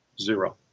Zero